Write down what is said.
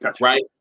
right